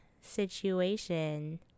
situation